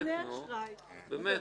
אולי